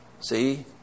see